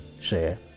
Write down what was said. share